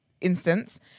instance